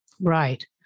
Right